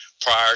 Prior